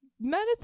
medicine